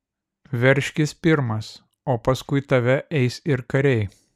veržkis pirmas o paskui tave eis ir kariai